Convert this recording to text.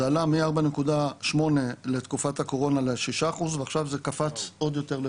זה עלה מ-4.8% בתקופת הקורונה ל-6% ועכשיו זה קפץ עוד יותר,